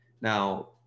Now